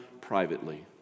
privately